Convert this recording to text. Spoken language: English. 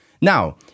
Now